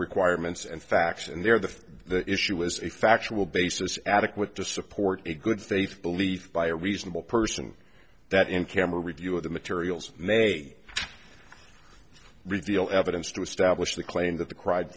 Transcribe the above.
requirements and facts in there the issue was a factual basis adequate to support a good faith belief by a reasonable person that in camera review of the materials may reveal evidence to establish the claim that the cried